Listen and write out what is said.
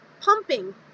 pumping